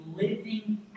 living